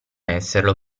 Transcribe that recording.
esserlo